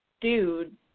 dude